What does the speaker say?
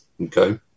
Okay